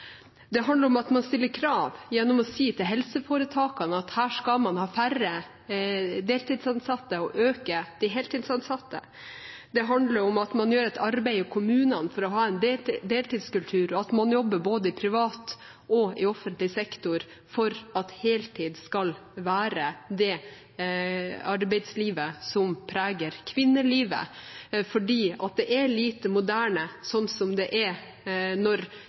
Det handler om at man stiller krav gjennom å si til helseforetakene at her skal man ha færre deltidsansatte og øke antall heltidsansatte. Det handler om at man gjør et arbeid i kommunene for å ha en deltidskultur, og at man jobber både i privat og i offentlig sektor for at heltid skal være det arbeidslivet som preger kvinnelivet, for det er lite moderne sånn som det er når